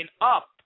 Up